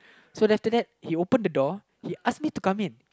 so then after that he open the door he ask me to come in